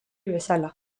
bezala